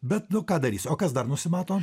bet nu ką darysi o kas dar nusimato